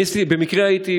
אני במקרה הייתי,